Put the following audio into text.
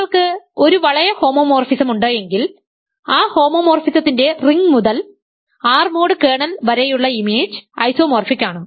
നിങ്ങൾക്ക് ഒരു വളയ ഹോമോമോർഫിസമുണ്ട് എങ്കിൽ ആ ഹോമോമോർഫിസത്തിന്റെ റിംഗ് മുതൽ R മോഡ് കേർണൽ വരെയുള്ള ഇമേജ് ഐസോമോർഫിക്ക് ആണ്